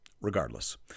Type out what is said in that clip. Regardless